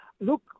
Look